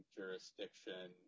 jurisdiction